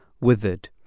withered